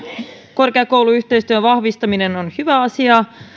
korkeakouluyhteistyön vahvistaminen on hyvä asia